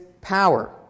power